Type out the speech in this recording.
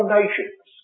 nations